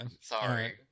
Sorry